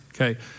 okay